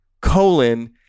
colon